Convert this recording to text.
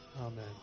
Amen